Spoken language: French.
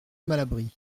malabry